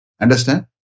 Understand